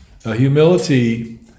Humility